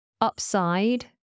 upside